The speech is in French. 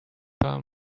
pas